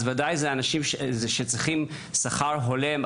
אז ודאי שהאנשים האלה צריכים שכר הולם,